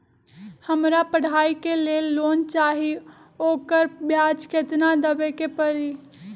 हमरा पढ़ाई के लेल लोन चाहि, ओकर ब्याज केतना दबे के परी?